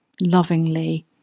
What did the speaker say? lovingly